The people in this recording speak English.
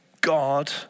God